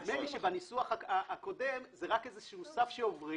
נדמה לי שבניסוח הקודם זה רק איזה שהוא סף שעוברים,